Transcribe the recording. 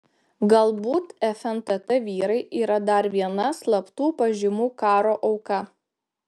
galbūt fntt vyrai yra dar viena slaptų pažymų karo auka